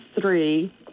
three